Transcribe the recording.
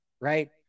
right